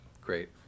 great